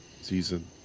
Season